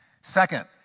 Second